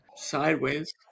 sideways